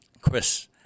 Chris